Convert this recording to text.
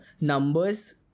numbers